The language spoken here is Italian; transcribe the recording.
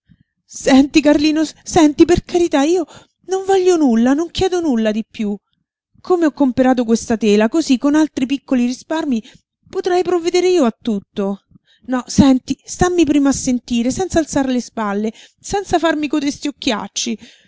senti carlino senti per carità io non voglio nulla non chiedo nulla di piú come ho comperato questa tela cosí con altri piccoli risparmi potrei provvedere io a tutto no senti stammi prima a sentire senz'alzar le spalle senza farmi cotesti occhiacci